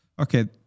okay